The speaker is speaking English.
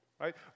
right